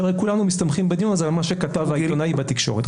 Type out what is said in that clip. שהרי כולנו מסתמכים בדיון הזה על מה שכתב העיתונאי בתקשורת.